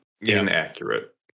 inaccurate